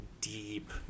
deep